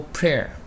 prayer